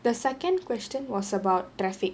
the second question was about traffic